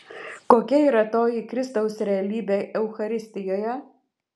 kokia yra toji kristaus realybė eucharistijoje